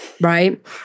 right